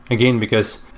again, because,